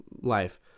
life